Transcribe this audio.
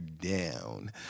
down